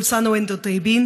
כל שנה ואתם בטוב.)